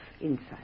insight